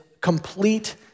complete